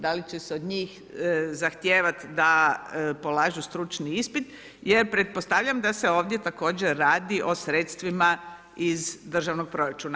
Da li će se od njih zahtijevati da polažu stručni ispit jer pretpostavljam da se ovdje također radi o sredstvima iz državnog proračuna.